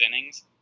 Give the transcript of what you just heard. innings